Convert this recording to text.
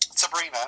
Sabrina